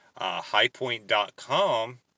Highpoint.com